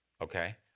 Okay